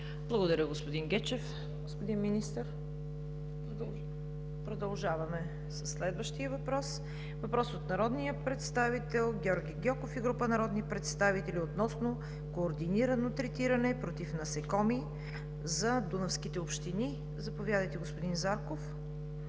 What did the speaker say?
Благодаря, господин Гечев. Господин Министър? Продължаваме със следващия въпрос, който е от народния представител Георги Гьоков и група народни представители относно координирано третиране против насекоми за дунавските общини. Заповядайте, господин Зарков